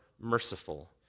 merciful